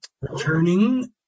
returning